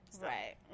Right